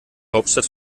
hauptstadt